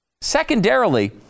Secondarily